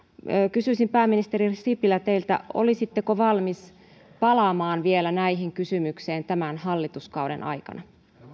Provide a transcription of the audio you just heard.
kysyisin pääministeri sipilä teiltä olisitteko valmis palaamaan vielä näihin kysymyksiin tämän hallituskauden aikana